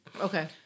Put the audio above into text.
Okay